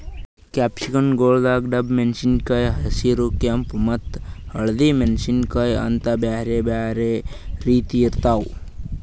capsicum ಗೊಳ್ದಾಗ್ ಡಬ್ಬು ಮೆಣಸಿನಕಾಯಿ, ಹಸಿರ, ಕೆಂಪ ಮತ್ತ ಹಳದಿ ಮೆಣಸಿನಕಾಯಿ ಅಂತ್ ಬ್ಯಾರೆ ಬ್ಯಾರೆ ರೀತಿದ್ ಇರ್ತಾವ್